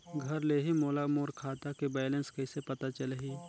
घर ले ही मोला मोर खाता के बैलेंस कइसे पता चलही?